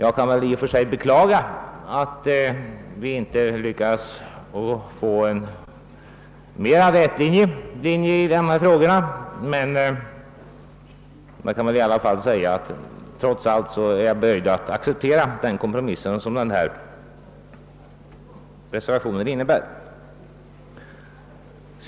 Jag kan i och för sig beklaga att vi inte lyckats få en mer konsekvent linje i dessa frågor, men trots allt är jag böjd att acceptera den kompromiss som denna reservation innebär.